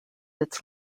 its